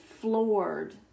floored